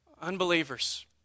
Unbelievers